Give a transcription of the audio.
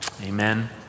Amen